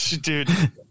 Dude